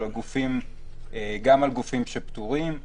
גם על גופים שפטורים,